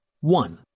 One